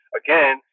again